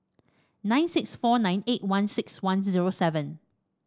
nine six four nine eight one six one zero seven